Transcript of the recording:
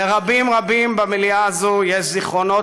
לרבים רבים במליאה הזאת יש זיכרונות